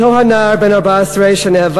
אותו הנער בן 14 שנאבק